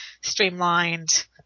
streamlined